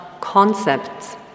concepts